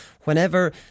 Whenever